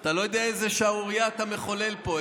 אתה לא יודע איזו שערורייה אתה מחולל פה.